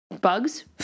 Bugs